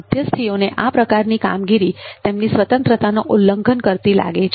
મધ્યસ્થીઓને આ પ્રકારની કામગીરી તેમની સ્વતંત્રતાનો ઉલ્લંઘન કરતી લાગે છે